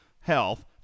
health